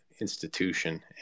institution